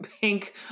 pink